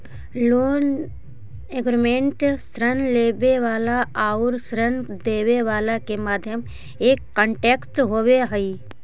loan agreement ऋण लेवे वाला आउर ऋण देवे वाला के मध्य एक कॉन्ट्रैक्ट होवे हई